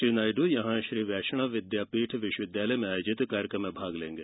श्री नायडू यहां श्री वैष्णव विद्यापीठ विश्वविद्यालय में आयोजित कार्यक्रम में भाग लेंगे